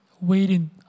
waiting